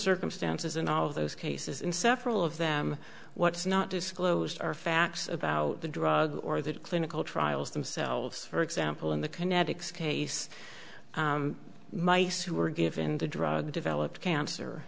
circumstances in all of those cases in several of them what's not disclosed are facts about the drug or that clinical trials themselves for example in the kinetics case mice who were given the drug developed